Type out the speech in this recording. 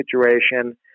situation